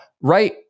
right